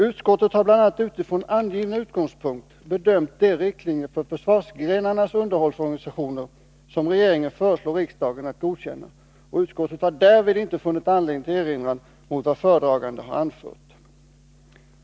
Utskottet har bl.a. utifrån angiven utgångspunkt bedömt de riktlinjer för försvarsgrenarnas underhållsorganisationer som regeringen föreslår riksdagen att godkänna. Utskottet har därvid inte funnit anledning till erinran mot vad föredraganden har anfört.